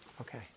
Okay